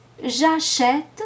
J'achète